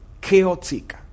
chaotic